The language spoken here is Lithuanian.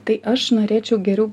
tai aš norėčiau geriau